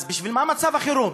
אז בשביל מה מצב החירום?